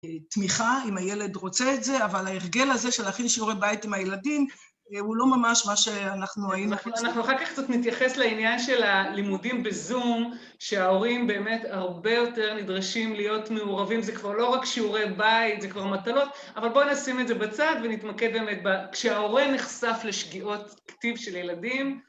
תמיכה, אם הילד רוצה את זה, אבל ההרגל הזה של להכין שיעורי בית עם הילדים הוא לא ממש מה שאנחנו היינו רוצים. אנחנו אחר כך קצת נתייחס לעניין של הלימודים בזום, שההורים באמת הרבה יותר נדרשים להיות מעורבים, זה כבר לא רק שיעורי בית, זה כבר מטלות, אבל בואו נשים את זה בצד ונתמקד באמת, כשההורה נחשף לשגיאות כתיב של ילדים.